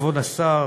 כבוד השר,